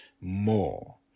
more